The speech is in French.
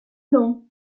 nom